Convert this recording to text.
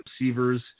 receivers